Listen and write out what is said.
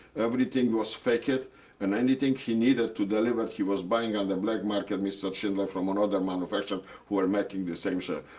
everything was faked, and anything he needed to deliver he was buying on the black market, mr. schindler, from another manufacturer who are making the same shell.